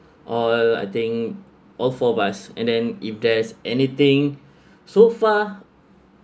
all I think all four but and then if there's anything so far